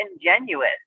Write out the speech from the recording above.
ingenuous